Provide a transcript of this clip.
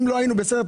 אם לא היינו בסדר,